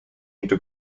into